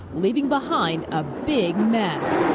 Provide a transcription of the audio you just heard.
leaving behind a big mess.